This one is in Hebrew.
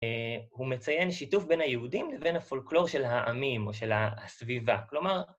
הוא מציין שיתוף בין היהודים לבין הפולקלור של העמים או של הסביבה, כלומר...